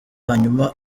hanyuma